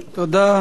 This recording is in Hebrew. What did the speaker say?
תודה.